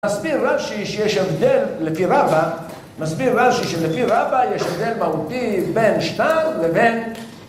מסביר רש"י שיש הבדל לפי רבא מסביר רש"י שלפי רבא יש הבדל מהותי בין שטר לבין..